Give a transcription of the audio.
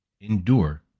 endure